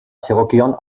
zegokion